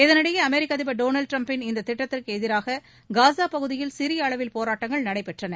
இதளிடையே அமெரிக்க அதிபர் திரு டொனால்டு டிரம்ப்பின் இத்திட்டத்திற்கு எதிராக காஸா பகுதியில் சிறிய அளவில் போராட்டங்கள் நடைபெற்றன